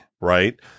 Right